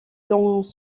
dans